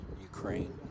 Ukraine